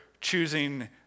choosing